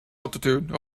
altitude